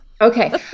Okay